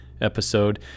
episode